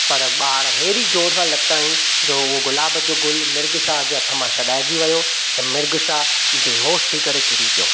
पर ॿारु अहिड़ी ज़ोर सां लत हयईं जो उहो गुलाब जो उहो गुलु मिर्ग जे हथ मां छॾाईजी वियो ऐं मिर्ग शाह बेहोश थी करे किरी पियो